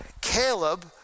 Caleb